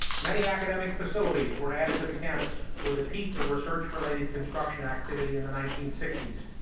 many academic facilities were added to the campus, with a peak of research-related construction activity in the nineteen sixty s,